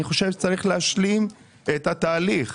אני חושב שצריך להשלים את התהליך,